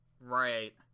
Right